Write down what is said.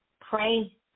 Pray